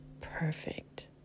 perfect